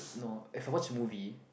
no if I watch movie